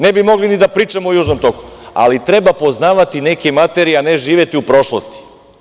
Ne bi mogli ni da pričamo o „Južnom toku“, ali treba poznavati neke materije, a ne živeti u prošlosti.